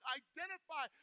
identify